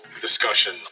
discussion